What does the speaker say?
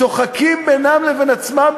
צוחקים בינם לבין עצמם.